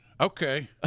okay